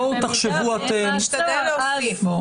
נשתדל להוסיף.